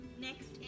next